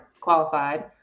qualified